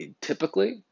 typically